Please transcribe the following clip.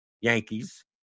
Yankees